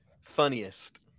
Funniest